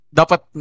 dapat